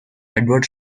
edward